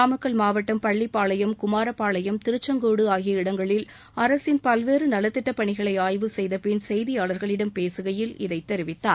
நாமக்கல் மாவட்டம் பள்ளிப்பாளையம் குமாரப்பாளையம் திருச்செங்கோடு ஆகிய இடங்களில் அரசின் பல்வேறு நலத்திட்டப்பணிகளை ஆய்வு செய்தபின் செய்தியாளர்களிடம் பேசுகையில் இதை தெரிவித்தார்